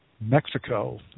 Mexico